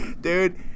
Dude